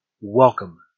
Welcome